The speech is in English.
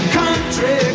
country